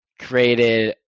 created